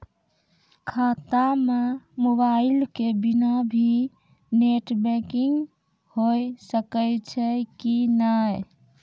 खाता म मोबाइल के बिना भी नेट बैंकिग होय सकैय छै कि नै?